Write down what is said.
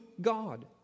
God